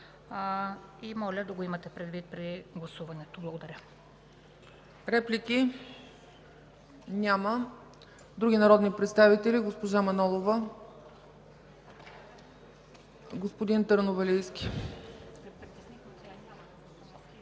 Моля да го имате предвид при гласуването. Благодаря.